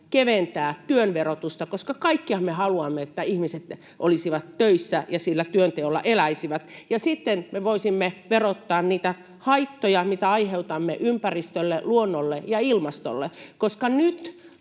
keventää työn verotusta, koska kaikkihan me haluamme, että ihmiset olisivat töissä ja sillä työnteolla eläisivät. Ja sitten me voisimme verottaa niitä haittoja, mitä aiheutamme ympäristölle, luonnolle ja ilmastolle, koska nyt,